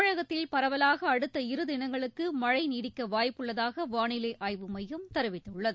தமிழகத்தில் பரவலாக அடுத்த இருதினங்களுக்கு மழை நீடிக்க வாய்ப்புள்ளதாக வானிலை ஆய்வு மையம் தெரிவித்துள்ளது